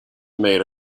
made